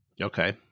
Okay